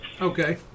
Okay